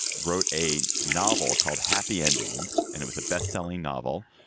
wrote a novel called happy endings and it was a bestselling novel.